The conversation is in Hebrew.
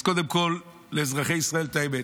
אז קודם כול, לאזרחי ישראל, את האמת: